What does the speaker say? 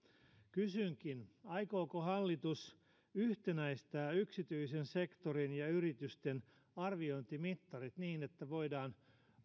kysynkin aikooko hallitus yhtenäistää yksityisen sektorin ja yritysten arviointimittarit niin että voidaan